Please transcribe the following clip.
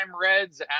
Reds